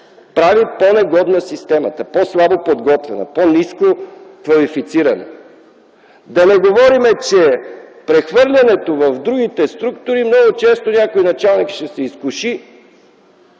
прави по-негодна, по-слабо подготвена, по-ниско квалифицирана системата. Да не говорим, че с прехвърлянето в другите структури много често някой началник ще се изкуши